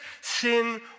sin